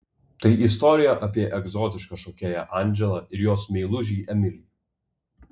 tai istorija apie egzotišką šokėją andželą ir jos meilužį emilį